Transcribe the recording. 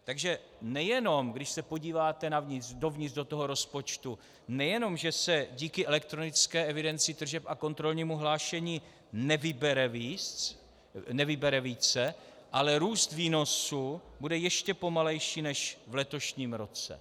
Takže nejenom, když se podíváte dovnitř do toho rozpočtu, nejenom že se díky elektronické evidenci tržeb a kontrolnímu hlášení nevybere více, ale růst výnosů bude ještě pomalejší než v letošním roce.